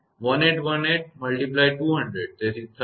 1818 × 200 તેથી 36